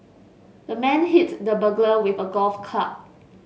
the man hit the burglar with a golf club